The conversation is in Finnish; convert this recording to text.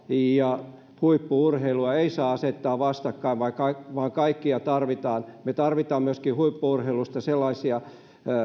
ja huippu urheilua ei saa asettaa vastakkain vaan kaikkia tarvitaan me tarvitsemme myöskin huippu urheilusta sellaisia